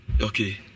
Okay